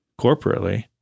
corporately